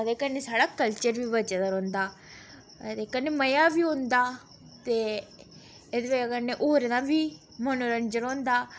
ते कन्नै साढ़ा कल्चर बी बचे दा रौंह्दा अदे कन्नै मज़ा बी औंदा ते एह्दी बजह् कन्नै होरें दा बी मनोरंजन होंदा